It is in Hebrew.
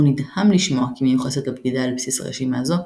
הוא נדהם לשמוע כי מיוחסת לו בגידה על בסיס רשימה זו,